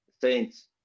Saints